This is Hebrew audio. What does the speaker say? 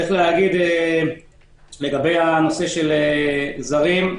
לגבי הנושא של זרים,